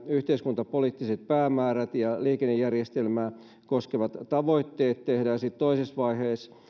yhteiskuntapoliittiset päämäärät ja liikennejärjestelmää koskevat tavoitteet sitten toisessa vaiheessa